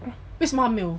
为什么他没有